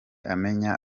amenya